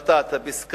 היתה חסרה בהחלטה הפסקה